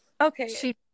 Okay